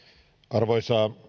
arvoisa